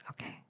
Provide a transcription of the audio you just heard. okay